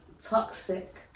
toxic